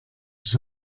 ich